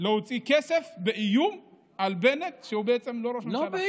להוציא כסף באיום על בנט, שהוא בעצם לא ראש ממשלה.